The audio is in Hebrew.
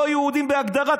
לא יהודים בהגדרה.